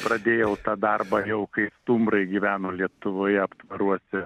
pradėjau tą darbą jau kai stumbrai gyveno lietuvoje aptvaruose